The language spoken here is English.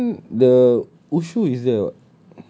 ya lah then the ushu is there [what]